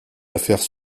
affaires